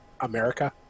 America